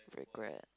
regret